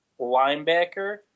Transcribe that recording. linebacker